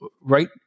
right